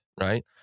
right